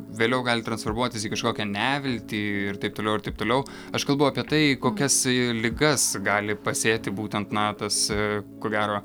vėliau gali transformuotis į kažkokią neviltį ir taip toliau ir taip toliau aš kalbu apie tai kokias ligas gali pasėti būtent na tas ko gero